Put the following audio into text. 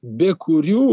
be kurių